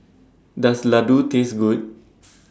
Does Ladoo Taste Good